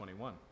21